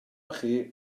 chi